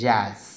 Jazz